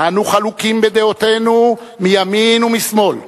אנו חלוקים בדעותינו מימין ומשמאל: